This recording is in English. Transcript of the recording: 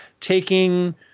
taking